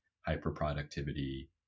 hyper-productivity